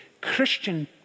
Christian